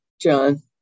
John